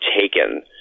taken